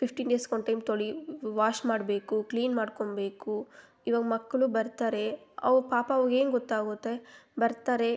fifteen ಡೇಸ್ಗೆ one time ತೊಳಿ wash ಮಾಡಬೇಕು ಕ್ಲೀನ್ ಮಾಡ್ಕೊಬೇಕು ಇವಾಗ ಮಕ್ಕಳು ಬರ್ತಾರೆ ಅವು ಪಾಪ ಅವುಗೇನು ಗೊತ್ತಾಗುತ್ತೆ ಬರ್ತಾರೆ